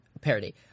Parody